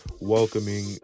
welcoming